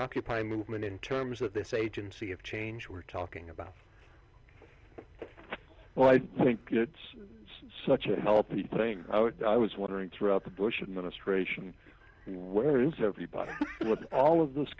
occupy movement in terms of this agency of change we're talking about well i think it's such a healthy thing i was wondering throughout the bush administration where is everybody all of this